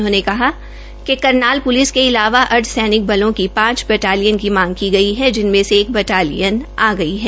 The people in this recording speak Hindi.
उन्होंने बताया कि करनाल पुलिस के इलावा अर्धसैनिक बलों की पांच बटालियन की मांग की गई है जिनमें से एक बटालियन गई है